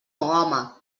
home